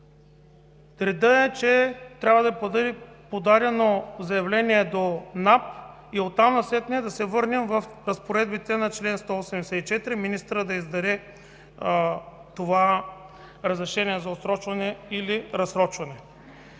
Редът е, че трябва да бъде подадено заявление до НАП и оттам насетне да се върнем към разпоредбите на чл. 184 ¬– министърът да издаде това разрешение за отсрочване или разсрочване.